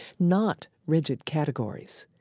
not rigid categories,